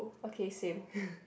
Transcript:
okay same